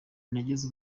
nageze